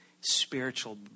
spiritual